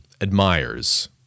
admires